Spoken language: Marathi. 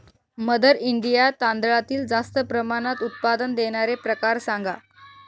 मदर इंडिया तांदळातील जास्त प्रमाणात उत्पादन देणारे प्रकार सांगा